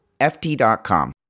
FT.com